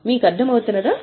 మీకు అర్థమవుతుందా